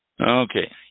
okay